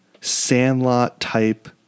Sandlot-type